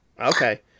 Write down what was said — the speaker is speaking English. Okay